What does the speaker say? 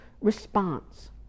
response